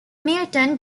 milton